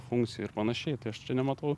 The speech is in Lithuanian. funkcijų ir panašiai tai aš čia nematau